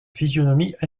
physionomie